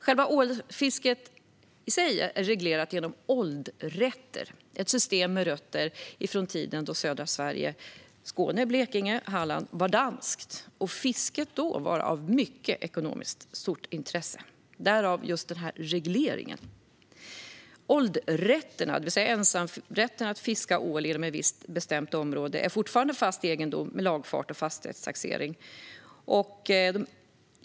Själva ålfisket är reglerat genom åldrätter, vilket är ett system med rötter i tiden då södra Sverige - Skåne, Blekinge och Halland - var danskt och fisket var av mycket stort ekonomiskt intresse. Denna reglering kommer från den tiden. En åldrätt, det vill säga ensamrätten att fiska ål inom ett visst bestämt område, räknas fortfarande som fast egendom, med lagfart och fastighetstaxering.